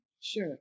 Sure